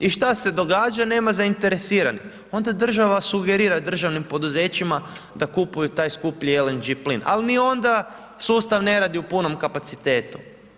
I šta se događa, nema zainteresiranih, onda država sugerira državnim poduzećima da kupuju taj skuplji LNG plin ali ni onda sustav ne radi u punom kapacitetu.